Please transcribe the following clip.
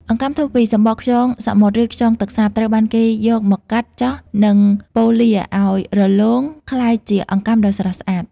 អង្កាំធ្វើពីសំបកខ្យងសមុទ្រ ឬខ្យងទឹកសាប ត្រូវបានគេយកមកកាត់ ចោះ និងប៉ូលាឲ្យរលោងក្លាយជាអង្កាំដ៏ស្រស់ស្អាត។